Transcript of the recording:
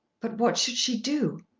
but what should she do?